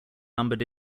numbered